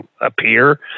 appear